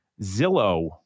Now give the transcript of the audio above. Zillow